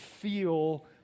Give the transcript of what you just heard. feel